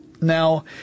Now